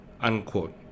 unquote